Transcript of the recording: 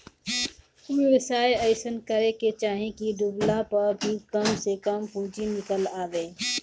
व्यवसाय अइसन करे के चाही की डूबला पअ भी कम से कम पूंजी निकल आवे